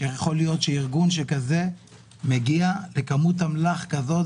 שארגון כזה יכול להגיע לכמות אמל"ח כזאת.